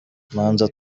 imanza